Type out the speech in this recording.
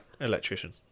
Electrician